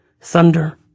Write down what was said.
thunder